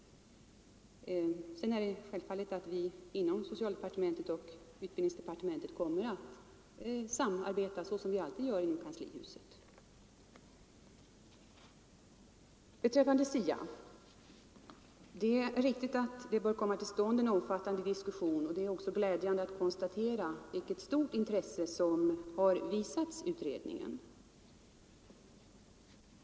Sedan är det självfallet så att vi inom socialdepartementet och utbildningsdepartementet kommer att samarbeta såsom vi alltid gör i kanslihuset. Beträffande SIA är det riktigt att det bör komma till stånd en omfattande diskussion. Det är också glädjande att konstatera vilket stort intresse som har visats utredningen.